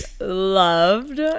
Loved